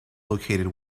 located